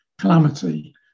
calamity